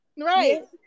Right